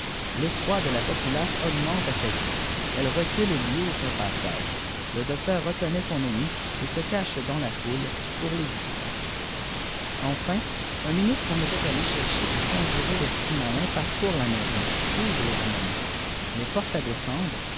teferoi de la populace augmente à sa vue elle recule et lui ouvre un passage le docteur reconnaît son ami et se cache dans la foule pour l'éviter enfin un ministre qu'on était allé chercher pour conjurer l'esprit malin parcourt la maison trouve les ramoneurs les force à descendre